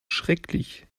schrecklich